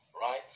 right